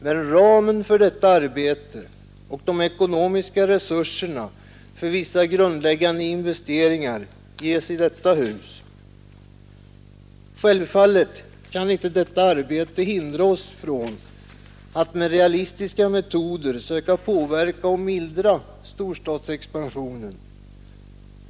Men ramen för detta arbete och de ekonomiska resurserna för vissa grundläggande investeringar ges i detta hus. Självfallet kan inte detta arbete hindra oss från att med realistiska metoder söka påverka och mildra storstadsexpansionen.